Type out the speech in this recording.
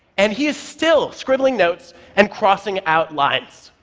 and he is still scribbling notes and crossing out lines.